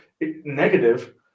negative